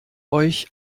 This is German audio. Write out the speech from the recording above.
euch